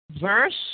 verse